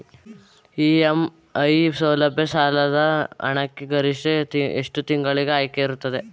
EMI ಸೌಲಭ್ಯ ಸಾಲದ ಹಣಕ್ಕೆ ಗರಿಷ್ಠ ಎಷ್ಟು ತಿಂಗಳಿನ ಆಯ್ಕೆ ಇರುತ್ತದೆ?